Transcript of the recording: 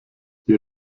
die